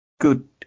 good